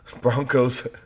Broncos